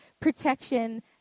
protection